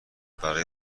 برای